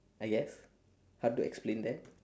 I guess hard to explain that